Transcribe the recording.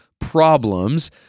problems